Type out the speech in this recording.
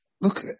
Look